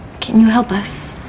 can you help us?